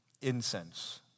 Incense